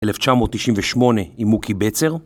1998 עם מוקי בצר